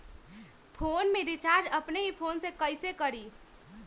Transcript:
Phone में recharge अपने ही फ़ोन से कईसे करी?